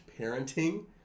parenting